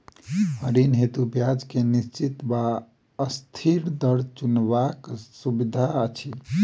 ऋण हेतु ब्याज केँ निश्चित वा अस्थिर दर चुनबाक सुविधा अछि